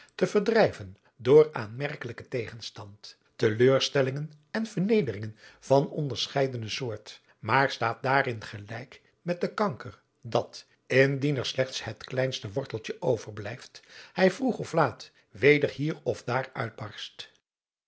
te verdrijven door aanmerkelijken tegenstand te leurstellingen en vernederingen van onderscheidene soort maar staat daarin gelijk met den kanker dat indien er slechts het kleinste worteltje overblijst hij vroeg of laat weder hier of daar uitbarst